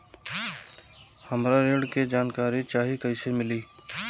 हमरा ऋण के जानकारी चाही कइसे मिली?